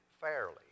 fairly